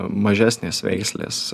mažesnės veislės